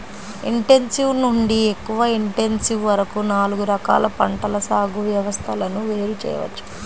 intensive నుండి ఎక్కువ intensive వరకు నాలుగు రకాల పంటల సాగు వ్యవస్థలను వేరు చేయవచ్చు